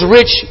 rich